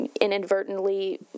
inadvertently